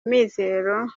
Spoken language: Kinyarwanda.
mizero